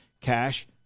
cash